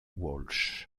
walsh